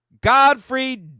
Godfrey